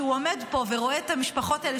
כשהוא עומד פה ורואה את המשפחות האלה,